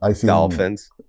Dolphins